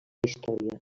història